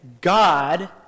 God